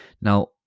Now